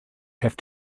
have